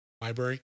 library